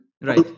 Right